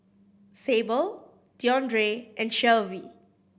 Sable Deondre and Shelvie